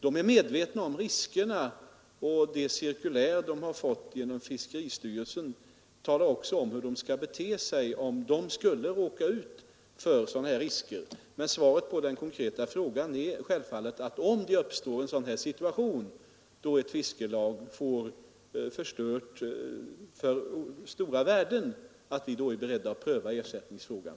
De är medvetna om riskerna, och de cirkulär de fått genom fiskeristyrelsen talar också om hur de skall bete sig om de skulle råka ut för skador, Svaret på den konkreta frågan är självfallet att om ett fiskelag åsamkas skador för stora värden, så är vi beredda att pröva ersättningsfrågan.